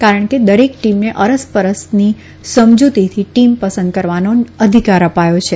કારણ કે દરેક ટીમને અરસ પરસની સમજુતીથી ટીમ પસંદ કરવાનો અધિકાર અપાયો છે